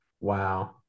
Wow